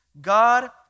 God